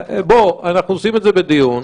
אנחנו עושים את זה בדיון,